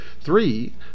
Three